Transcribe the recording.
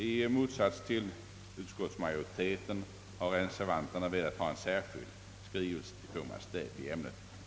I motsats till utskottsmajoriteten har reservanterna velat ha en särskild skrivelse till Kungl. Maj:t i ämnet.